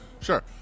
Sure